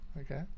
okay